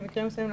במקרים מסוימים,